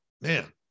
man